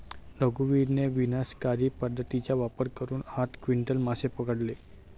रघुवीरने विनाशकारी पद्धतीचा वापर करून आठ क्विंटल मासे पकडले